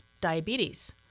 diabetes